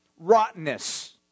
rottenness